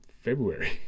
February